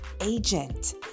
agent